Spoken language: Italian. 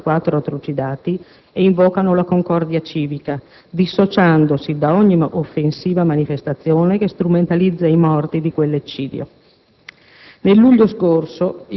promuovono la memoria dei 54 trucidati e invocano la concordia civica dissociandosi da ogni offensiva manifestazione che strumentalizza i morti di quell'eccidio.